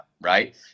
right